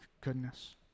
goodness